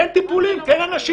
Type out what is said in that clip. אין טיפולים כי אין אנשים.